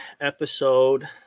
episode